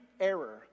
error